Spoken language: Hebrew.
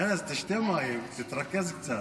ארז, תשתה מים, תתרכז קצת.